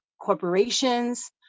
corporations